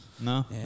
No